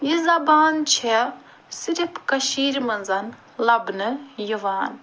یہِ زبان چھِ صِرِف کٔشیٖرِۍ منٛز لبنہٕ یِوان